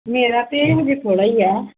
ਮੇਰਾ ਤਾਂ ਹਜੇ ਥੋੜ੍ਹਾ ਹੀ ਆ